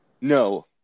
No